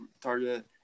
Target